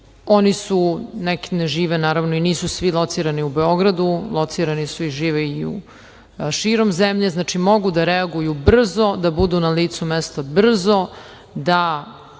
Srbije. Neki ne žive, naravno, i nisu svi locirani u Beogradu, locirani su i žive i širom zemlje. Znači, mogu da reaguju brzo, da budu na licu mesto brzo, da